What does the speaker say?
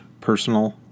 personal